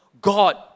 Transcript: God